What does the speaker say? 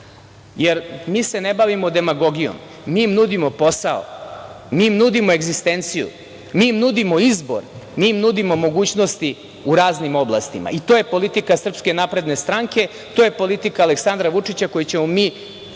zemlji. Mi se ne bavimo demagogijom, mi im nudimo posao, mi im nudimo egzistenciju, mi im nudimo izbor, mi im nudimo mogućnosti u raznim oblastima. To je politika SNS, to je politika Aleksandra Vučića, koju ćemo mi